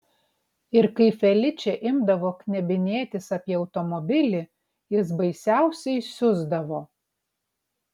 ir kai feličė imdavo knebinėtis apie automobilį jis baisiausiai siusdavo